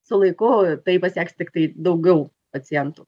su laiku tai pasieks tiktai daugiau pacientų